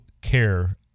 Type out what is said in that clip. care